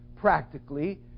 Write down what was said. practically